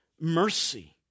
mercy